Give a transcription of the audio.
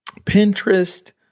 Pinterest